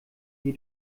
hier